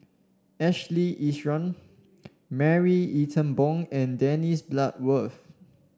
Ashley Isham Marie Ethel Bong and Dennis Bloodworth